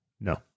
No